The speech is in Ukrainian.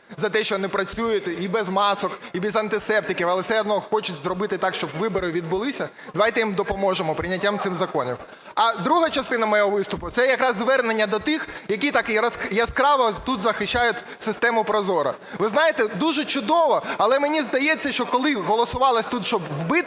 за те, що вони працюють і без масок, і без антисептиків, але все одно хочуть зробити так, щоб вибори відбулися, давайте їм допоможемо прийняттям цього закону. А друга частина мого виступу – це якраз звернення до тих, які так яскраво тут захищають систему ProZorro. Ви знаєте, дуже чудово, але мені здається, що коли голосувалось тут, щоб "вбити"